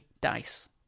Dice